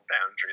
boundary